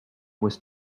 was